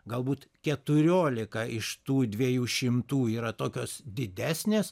galbūt keturiolika iš tų dviejų šimtų yra tokios didesnės